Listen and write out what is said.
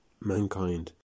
mankind